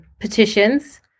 petitions